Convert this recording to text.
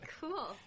Cool